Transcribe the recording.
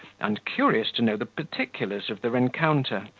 and curious to know the particulars of the rencounter,